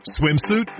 Swimsuit